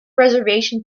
reservation